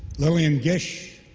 lillian gish,